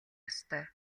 ёстой